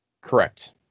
Correct